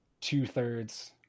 two-thirds